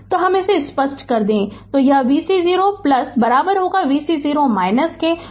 तो हम इसे स्पष्ट कर दे तो यह vc 0 vc 0 10 वोल्ट है